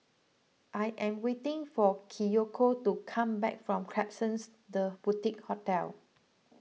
I am waiting for Kiyoko to come back from Klapsons the Boutique Hotel